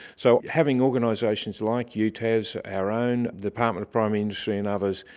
so having organisations like u tas, our own, the department of primary industry and others,